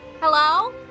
Hello